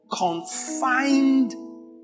confined